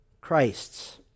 Christ's